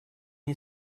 you